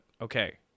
okay